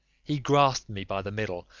he grasped me by the middle,